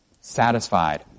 satisfied